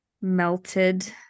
melted